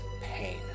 pain